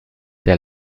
der